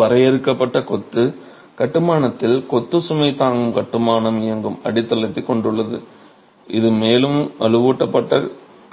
ஒரு வரையறுக்கப்பட்ட கொத்து கட்டுமானத்தில் கொத்து சுமை தாங்கும் கட்டுமானம் இயங்கும் அடித்தளத்தைக் கொண்டுள்ளது அதன் மேல் வலுவூட்டப்பட்ட